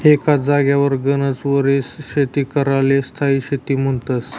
एकच जागावर गनच वरीस शेती कराले स्थायी शेती म्हन्तस